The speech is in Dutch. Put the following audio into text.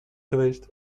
geweest